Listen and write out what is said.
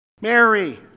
Mary